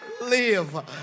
live